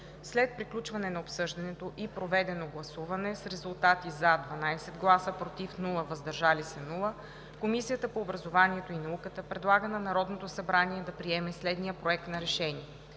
След приключване на обсъждането и проведено гласуване с резултати: „за” – 12, без „против” и „въздържал се“, Комисията по образованието и науката предлага на Народното събрание да приеме следния: „Проект! РЕШЕНИЕ